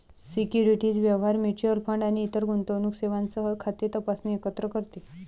securities व्यवहार, mutual fund आणि इतर गुंतवणूक सेवांसह खाते तपासणे एकत्र करते